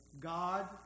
God